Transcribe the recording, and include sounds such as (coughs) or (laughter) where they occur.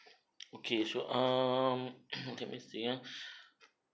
(noise) okay sure um (coughs) let me see ya